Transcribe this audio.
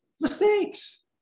mistakes